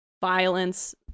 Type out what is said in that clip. violence